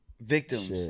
victims